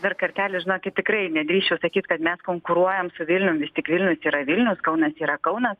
dar kartelį žinokit tikrai nedrįsčiau sakyt kad mes konkuruojam su vilnium vis tik vilnius yra vilnius kaunas yra kaunas